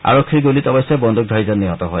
আৰক্ষীৰ গুলিত অৱশ্যে বন্দুকধাৰীজন নিহত হয়